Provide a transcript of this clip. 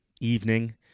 evening